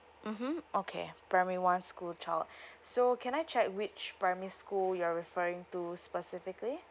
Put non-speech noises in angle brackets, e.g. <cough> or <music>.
mmhmm okay primary one school child <breath> so can I check which primary school you're referring to specifically